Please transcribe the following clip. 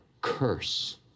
curse